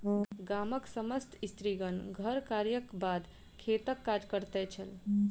गामक समस्त स्त्रीगण घर कार्यक बाद खेतक काज करैत छल